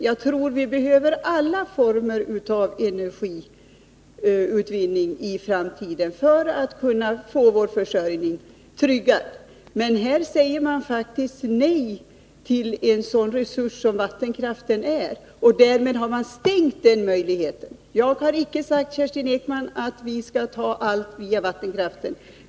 Jag tror att vi i framtiden behöver alla former av energiutvinning för att vi skall kunna få vår försörjning tryggad. Men här säger man faktiskt nej till en sådan resurs som vattenkraften är, och därmed har man stängt den möjligheten. Jag har icke sagt, Kerstin Ekman, att vi skall ta allt via vattenkraften.